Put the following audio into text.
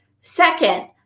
second